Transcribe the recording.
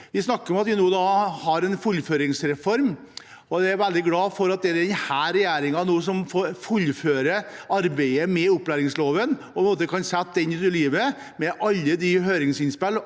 Vi snakker om en fullføringsreform. Jeg er veldig glad for at det er denne regjeringen som nå fullfører arbeidet med opplæringsloven og kan sette den ut i livet, med alle de høringsinnspillene